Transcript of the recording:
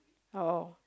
or